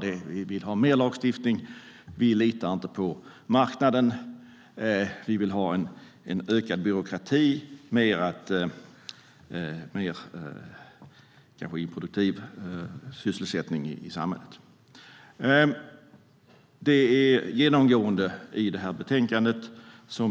De vill ha mer lagstiftning, de litar inte på marknaden, de vill ha en ökad byråkrati och kanske mer improduktiv sysselsättning i samhället. Detta är genomgående i det här betänkandet.